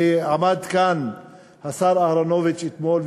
ועמד כאן השר אהרונוביץ אתמול,